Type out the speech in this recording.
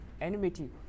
enmity